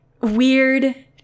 weird